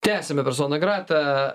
tęsiame persona grata